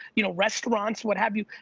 you know restaurants, what have you,